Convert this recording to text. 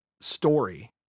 story